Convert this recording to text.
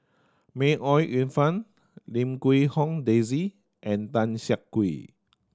May Ooi Yu Fen Lim Quee Hong Daisy and Tan Siak Kew